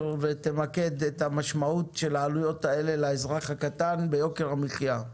ותמקד את משמעות העלויות האלה לאזרח הקטן ביוקר המחיה.